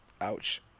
Ouch